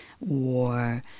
war